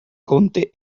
conte